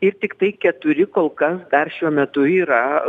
ir tiktai keturi kol kas dar šiuo metu yra